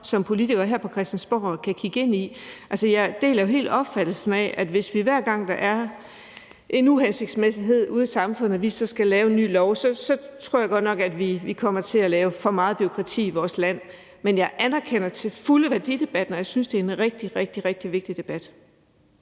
som politikere her på Christiansborg kan kigge ind i? Jeg deler jo helt opfattelsen af, at vi, hvis vi hver gang der er en uhensigtsmæssighed ude i samfundet, skal lave en ny lov, så kommer til at lave for meget bureaukrati i vores land. Men jeg anerkender til fulde værdidebatten, og jeg synes, det er en rigtig, rigtig vigtig debat.